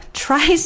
try